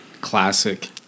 classic